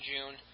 June